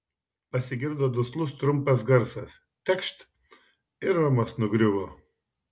pasigirdo duslus trumpas garsas tekšt ir romas nugriuvo